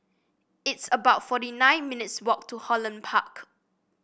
it's about forty nine minutes' walk to Holland Park